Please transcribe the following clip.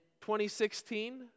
2016